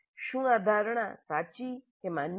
શું આ ધારણા સાચી માન્ય છે